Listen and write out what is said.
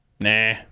Nah